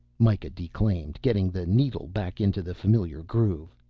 mikah declaimed, getting the needle back into the familiar groove.